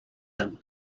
them